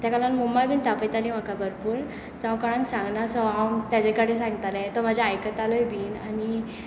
ताका लागून मम्मा बी तापयताली म्हाका भरपूर सो हांव कोणाक सांगना सो हांव ताजे कडेन सांगतालें तो म्हजे आयकतालोय बी आनी